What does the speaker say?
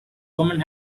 woman